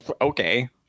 okay